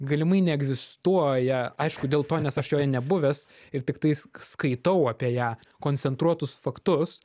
galimai neegzistuoja aišku dėl to nes aš joje nebuvęs ir tiktais skaitau apie ją koncentruotus faktus